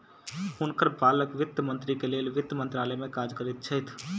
हुनकर बालक वित्त मंत्रीक लेल वित्त मंत्रालय में काज करैत छैथ